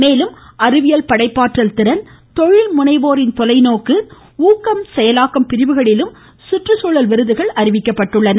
மேலும் அறிவியல் படைப்பாற்றல் திறன் தொழில்முனைவோரின் தொலைநோக்கு ஊக்கம் செயலாக்கம் பிரிவுகளிலும் சுற்றுச்சூழல் விருதுகள் அறிவிக்கப்பட்டன